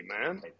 man